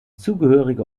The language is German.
zugehörige